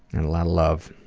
and a lot of love.